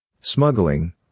Smuggling